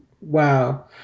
wow